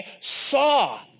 saw